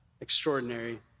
extraordinary